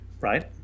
Right